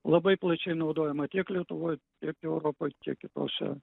labai plačiai naudojama tiek lietuvoj tiek europoj tiek kitose